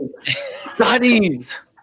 studies